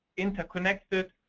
interconnected,